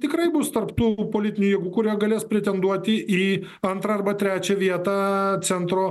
tikrai bus tarp tų politinių jėgų kurie galės pretenduoti į antrą arba trečią vietą centro